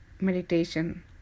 meditation